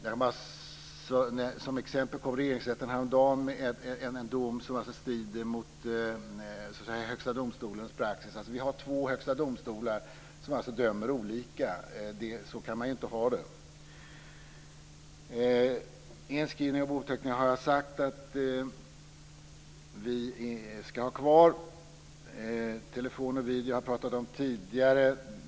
Som ett exempel kan jag nämna att Regeringsrätten häromdagen kom med en dom som strider mot Högsta domstolens praxis. Vi har två högsta domstolar, som alltså dömer olika. Så kan man ju inte ha det. Inskrivning av bouppteckningar jag sagt att vi ska ha kvar. Telefon och video har jag pratat om tidigare.